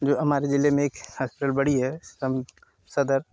जो हमारे जिले में एक हॉस्पिटल बड़ी है हम सदर